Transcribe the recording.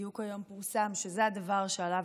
בדיוק היום פורסם שזה הדבר שעליו